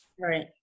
Right